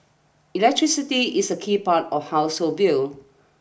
electricity is a key part of household bill